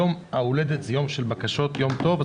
יום ההולדת זה יום של בקשות, יום טוב.